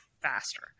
faster